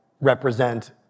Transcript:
represent